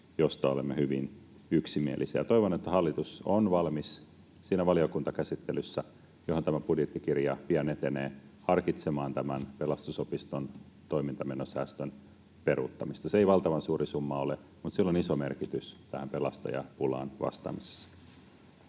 josta olemme hyvin yksimielisiä. Toivon, että hallitus on valmis siinä valiokuntakäsittelyssä, johon tämä budjettikirja pian etenee, harkitsemaan tämän Pelastusopiston toimintamenosäästön peruuttamista. Se ei valtavan suuri summa ole, mutta sillä on iso merkitys pelastajapulaan vastaamisessa.